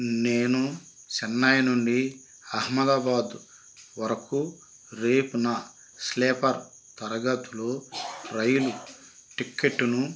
నేను చెన్నై నుండి అహ్మదాబాద్ వరకు రేపున స్లీపర్ తరగతిలో రైలు టిక్కెట్టును